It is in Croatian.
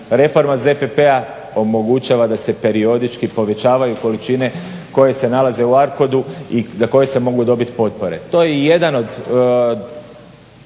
reforma ZPP-a omogućava da se periodički povećavaju količine koje se nalaze u ARCODU i za koje se mogu dobiti potpore.